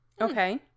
Okay